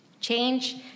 Change